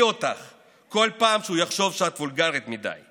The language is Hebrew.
אותך בכל פעם שהוא יחשוב שאת וולגרית מדי,